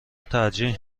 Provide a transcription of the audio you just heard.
ترجیح